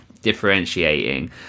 Differentiating